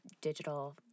digital